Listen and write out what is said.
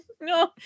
No